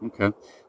Okay